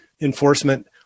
enforcement